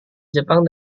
jepang